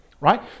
right